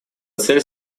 цель